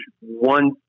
one